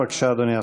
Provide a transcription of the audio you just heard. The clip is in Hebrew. בבקשה, אדוני השר.